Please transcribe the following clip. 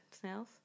snails